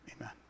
Amen